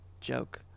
joke